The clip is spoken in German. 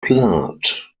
plath